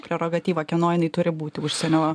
prerogatyvą kieno jinai turi būti užsienio